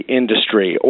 industry